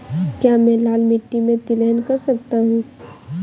क्या मैं लाल मिट्टी में तिलहन कर सकता हूँ?